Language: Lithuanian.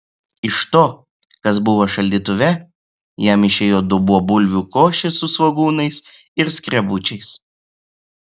iš to kas buvo šaldytuve jam išėjo dubuo bulvių košės su svogūnais ir skrebučiais